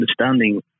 understanding